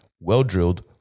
well-drilled